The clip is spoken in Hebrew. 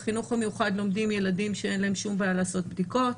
בחינוך המיוחד לומדים ילדים שאין להם שום בעיה לעשות בדיקות